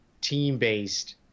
team-based